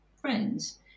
friends